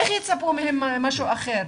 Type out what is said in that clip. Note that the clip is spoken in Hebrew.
איך יצפו מהם משהו אחר?